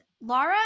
Laura